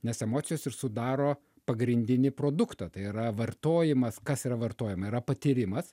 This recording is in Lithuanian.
nes emocijos ir sudaro pagrindinį produktą tai yra vartojimas kas yra vartojama yra patyrimas